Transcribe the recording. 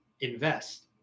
invest